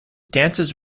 dances